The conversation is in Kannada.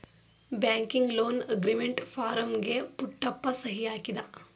ಬ್ಯಾಂಕಿಂಗ್ ಲೋನ್ ಅಗ್ರಿಮೆಂಟ್ ಫಾರಂಗೆ ಪುಟ್ಟಪ್ಪ ಸಹಿ ಹಾಕಿದ